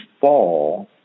fall